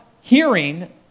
hearing